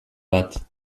bat